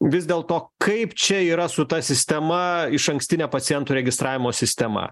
vis dėlto kaip čia yra su ta sistema išankstine pacientų registravimo sistema